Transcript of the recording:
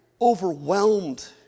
overwhelmed